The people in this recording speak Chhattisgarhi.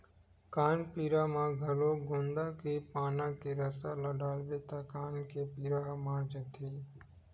कान पीरा म घलो गोंदा के पाना के रसा ल डालबे त कान के पीरा ह माड़ जाथे